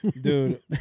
dude